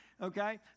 okay